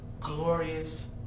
glorious